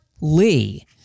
Lee